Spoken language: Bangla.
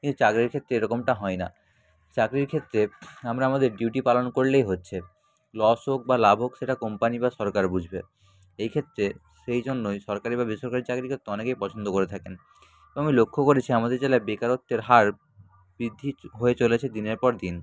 এই চাকরির ক্ষেত্রে এরকমটা হয় না চাকরির ক্ষেত্রে আমরা আমাদের ডিউটি পালন করলেই হচ্ছে লস হোক বা লাভ হোক সেটা কোম্পানি বা সরকার বুঝবে এই ক্ষেত্রে সেই জন্যই সরকারি বা বেসরকারি চাকরিক্ষেত্র অনেকেই পছন্দ করে থাকেন এবং আমি লক্ষ্য করেছি আমাদের জেলায় বেকারত্বের হার বৃদ্ধি চ হয়ে চলেছে দিনের পর দিন